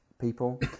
people